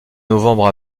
novembre